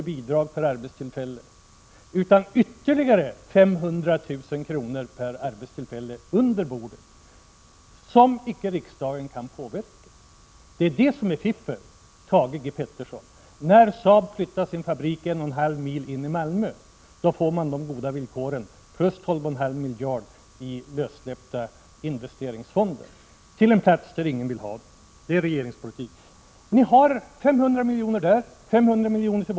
i bidrag per arbetstillfälle utan ytterligare 500 000 kr. per arbetstillfälle under bordet, vilket inte riksdagen kunde påverka. Det är det som är fiffel, Thage G. Peterson. När Saab flyttar sin fabrik en och en halv mil in i Malmö, till en plats där ingen vill ha den, får man de goda villkoren plus tolv och en halv miljard i lössläppta investeringsfonder. Det är regeringspolitik. Till Saab har ni 500 milj.kr. och till Volvo har ni 500 milj.kr.